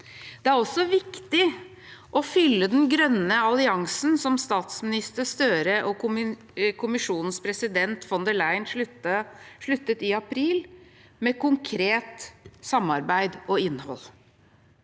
Det er også viktig å fylle den grønne alliansen som statsminister Støre og Kommisjonens president von der Leyen sluttet i april, med konkret samarbeid og innhold.